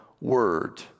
word